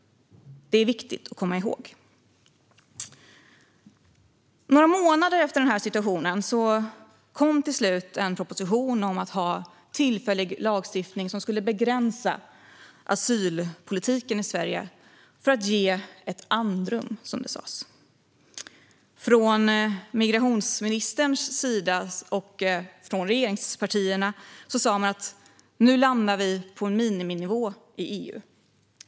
Det är viktigt att komma ihåg. Några månader efter denna situation kom till slut en proposition om en tillfällig lagstiftning som skulle begränsa asylpolitiken i Sverige för att ge ett andrum, som det sas. Migrationsministern och regeringspartierna sa att vi nu landar på en miniminivå i EU.